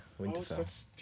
Winterfell